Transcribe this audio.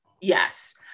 yes